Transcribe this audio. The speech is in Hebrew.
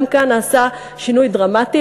גם כאן נעשה שינוי דרמטי.